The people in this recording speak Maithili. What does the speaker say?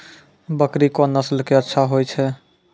बकरी कोन नस्ल के अच्छा होय छै?